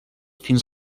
fins